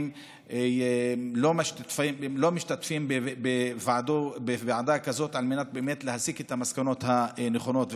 לא משתתפים בוועדה כזאת על מנת להסיק את המסקנות הנכונות.